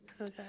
okay